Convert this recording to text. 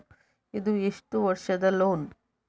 ಇದು ಎಷ್ಟು ವರ್ಷದ ಲೋನ್?